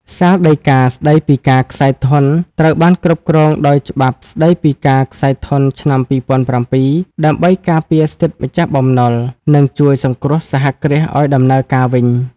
សាលដីកាស្ដីពីការក្ស័យធនត្រូវបានគ្រប់គ្រងដោយច្បាប់ស្ដីពីការក្ស័យធនឆ្នាំ ២០០៧ ដើម្បីការពារសិទ្ធិម្ចាស់បំណុល និងជួយសង្គ្រោះសហគ្រាសឱ្យដំណើរការវិញ។